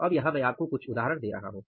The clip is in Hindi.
अब यहाँ मैं आपको कुछ उदाहरण दे रहा हूँ